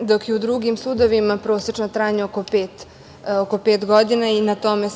dok je u drugim sudovima prosečno trajanje oko pet godina i na tome